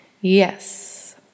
Yes